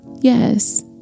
yes